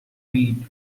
reed